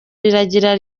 riragira